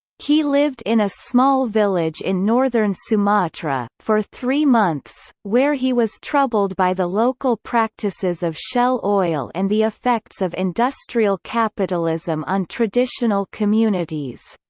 he lived in a small village in northern sumatra, for three months, where he was troubled by the local practices of shell oil and the effects of industrial capitalism on traditional communities.